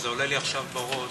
אבל זה עולה לי עכשיו בראש,